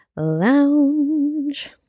Lounge